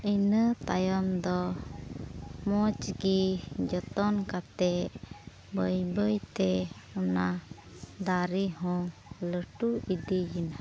ᱤᱱᱟᱹ ᱛᱟᱭᱚᱢ ᱫᱚ ᱢᱚᱡᱽ ᱜᱮ ᱡᱚᱛᱚᱱ ᱠᱟᱛᱮᱫ ᱵᱟᱹᱭ ᱵᱟᱹᱭ ᱛᱮ ᱚᱱᱟ ᱫᱟᱨᱮ ᱦᱚᱸ ᱞᱟᱹᱴᱩ ᱤᱫᱤᱭᱮᱱᱟ